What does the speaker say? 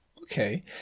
Okay